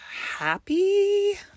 happy